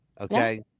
okay